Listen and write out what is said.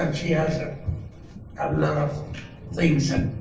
um she has a lot of things that